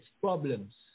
problems